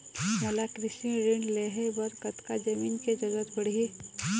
मोला कृषि ऋण लहे बर कतका जमीन के जरूरत पड़ही?